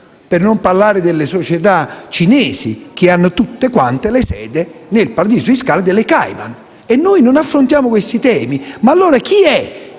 Per non parlare delle società cinesi, che hanno tutte quante la sede nei paradisi fiscali delle Cayman. E noi non affrontiamo questi temi. Chi è allora che